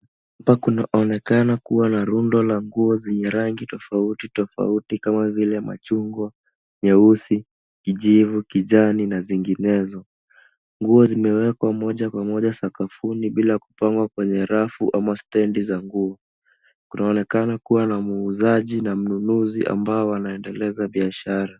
Hapa kunaonekana kuwa na rundo la nguo zenye rangi tofauti tofauti kama vile machungwa, nyeusi, kijivu, kijani na zinginezo. Nguo zimewekwa moja kwa moja sakafuni bila kupangwa kwenye rafu ama stendi za nguo. Kunaonekana kuwa na muuzaji na mnunuzi ambao wanaendeleza biashara.